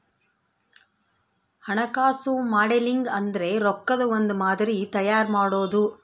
ಹಣಕಾಸು ಮಾಡೆಲಿಂಗ್ ಅಂದ್ರೆ ರೊಕ್ಕದ್ ಒಂದ್ ಮಾದರಿ ತಯಾರ ಮಾಡೋದು